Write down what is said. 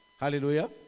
Hallelujah